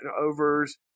overs